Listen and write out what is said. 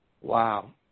Wow